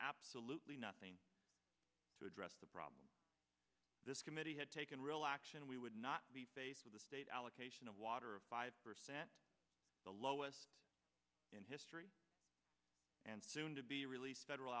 absolutely nothing to address the problem this committee had taken real action we would not be faced with the state allocation of water of five percent the lowest in history and soon to be released federal